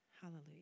Hallelujah